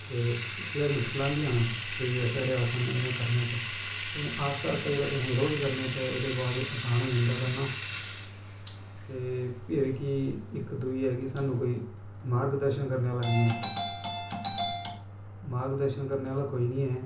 ते उसलै मुश्कलां आंदियां न केंई ऐसे आसन न जेह्ड़े करने च लेकिन आस्ता आस्ता जिसलै तुसैं रोज़ करने तां ओह्दे बाद च ओह् आसान होई जंदा करना ते फिर इक ऐ कि साह्नू कोई मार्ग दर्शन करने मार्ग दर्शन करने आह्ला कोई नी ऐ